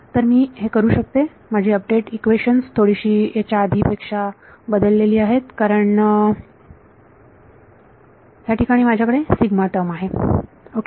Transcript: तर मी करू शकते माझी अपडेट इक्वेशन्स थोडीशी याच्या आधीपेक्षा बदललेली आहेत कारण याठिकाणी माझ्याकडे टर्म आहे ओके